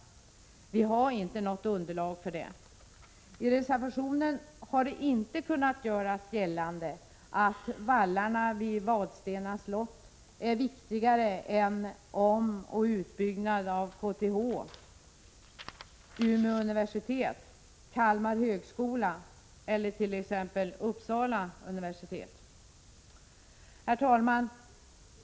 Vi har inte något underlag för detta. I reservationen har det inte kunnat göras gällande att vallarna vid Vadstena slott är viktigare än omoch utbyggnad av KTH, Umeå universitet, Kalmar högskola eller t.ex. Uppsala universitet. Herr talman!